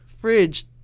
fridge